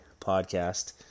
podcast